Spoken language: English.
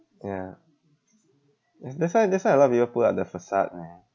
ya ya that's why that's why a lot of people put up their facade ah